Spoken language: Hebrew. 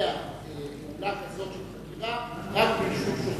לבצע פעולה כזאת של חקירה רק ברשות שופט.